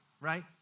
Right